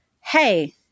hey